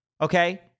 okay